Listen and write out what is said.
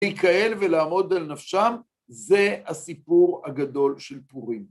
להתקהל ולעמוד על נפשם, זה הסיפור הגדול של פורים.